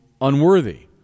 unworthy